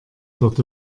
dort